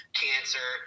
cancer